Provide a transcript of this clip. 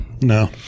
No